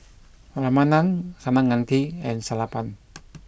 Ramanand Kaneganti and Sellapan